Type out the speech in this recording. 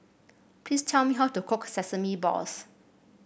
please tell me how to cook Sesame Balls